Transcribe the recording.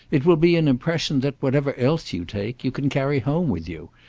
it will be an impression that whatever else you take you can carry home with you,